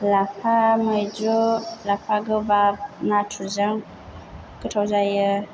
लाफा मैद्रु लाफा गोबाब नाथुरजों गोथाव जायो